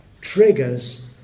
triggers